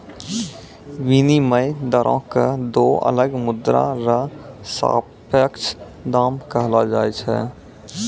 विनिमय दरो क दो अलग मुद्रा र सापेक्ष दाम कहलो जाय छै